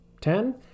ten